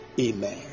amen